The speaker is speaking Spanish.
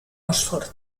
oxford